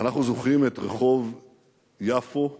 אנחנו זוכרים את רחוב יפו הדהוי.